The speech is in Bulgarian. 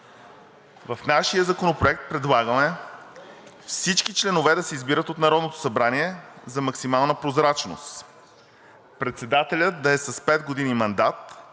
В нашия законопроект предлагаме всички членове да се избират от Народното събрание за максимална прозрачност; председателят да е с пет години мандат,